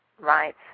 Right